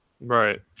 right